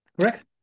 correct